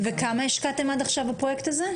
וכמה השקעתם עד עכשיו בפרויקט הזה?